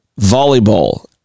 volleyball